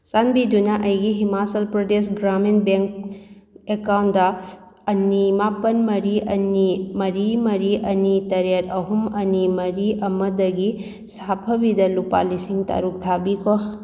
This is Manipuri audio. ꯆꯥꯟꯕꯤꯗꯨꯅ ꯑꯩꯒꯤ ꯍꯤꯃꯥꯆꯜ ꯄ꯭ꯔꯗꯦꯁ ꯒ꯭ꯔꯥꯃꯤꯟ ꯕꯦꯡ ꯑꯦꯀꯥꯎꯟꯗ ꯑꯅꯤ ꯃꯥꯄꯜ ꯃꯔꯤ ꯑꯅꯤ ꯃꯔꯤ ꯃꯔꯤ ꯑꯅꯤ ꯇꯔꯦꯠ ꯑꯍꯨꯝ ꯑꯅꯤ ꯃꯔꯤ ꯑꯃꯗꯒꯤ ꯁꯥꯐꯕꯤꯗ ꯂꯨꯄꯥ ꯂꯤꯁꯤꯡ ꯇꯔꯨꯛ ꯊꯥꯕꯤꯈꯣ